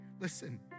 listen